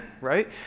right